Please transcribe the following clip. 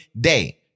day